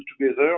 together